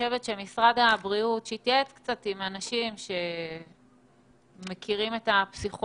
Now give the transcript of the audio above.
ראוי שמשרד הבריאות יתייעץ קצת עם אנשים שמתעסקים בפסיכולוגיה